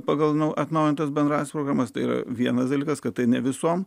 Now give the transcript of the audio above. pagal nau atnaujintas bendras programas tai yra vienas dalykas kad tai ne viso